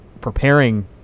preparing